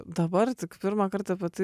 dabar tik pirmą kartą apie tai